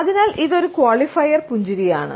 അതിനാൽ ഇതൊരു ക്വാളിഫയർ പുഞ്ചിരിയാണ്